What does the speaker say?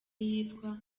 iyitwa